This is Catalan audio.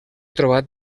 trobat